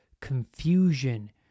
confusion